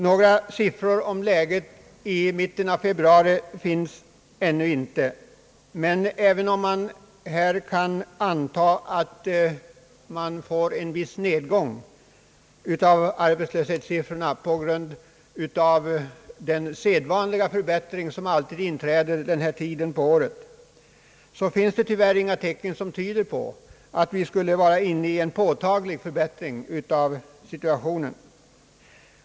Några siffror om läget i mitten av februari finns ännu inte tillgängliga, men även om det kan antas att det blir en viss nedgång av arbetslöshetssiffrorna på grund av den sedvanliga förbättring som alltid inträder vid denna tid på året, finns det tyvärr inga tecken som tyder på någon påtaglig förbättring av situationen.